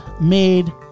made